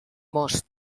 most